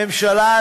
הממשלה,